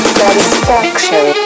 satisfaction